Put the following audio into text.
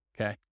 Okay